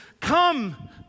Come